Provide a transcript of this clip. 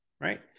right